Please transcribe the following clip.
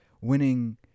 winning